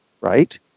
right